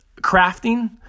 crafting